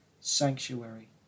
sanctuary